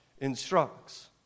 instructs